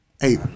Hey